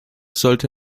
sollte